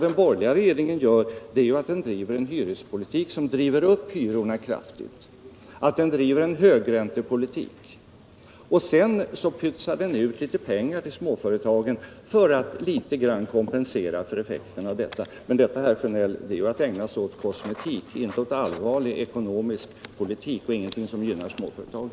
Den borgerliga politiken innebär att hyrorna drivs upp kraftigt. Man 47 bedriver en högräntepolitik och pytsar sedan ut pengar till småföretagen för att något kompensera dem för effekterna därav. Men detta, herr Sjönell, är att ägna sig åt kosmetik, inte åt allvarlig ekonomisk politik, och det är inget som gynnar småföretagen.